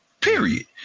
period